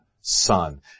Son